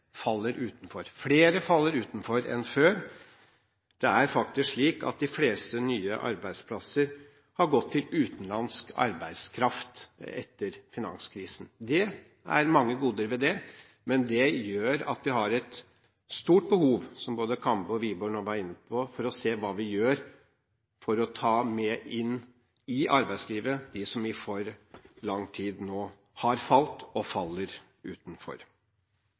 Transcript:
faller utenfor. Flere enn før faller utenfor. Det er faktisk slik at de fleste nye arbeidsplasser har gått til utenlandsk arbeidskraft etter finanskrisen. Det er mange goder ved det, men det gjør at vi har et stort behov, som både Kambe og Wiborg nå var inne på, for å se på hva vi gjør for å ta med inn i arbeidslivet de som i for lang tid nå har falt og faller utenfor.